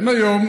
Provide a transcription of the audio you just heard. יש פה,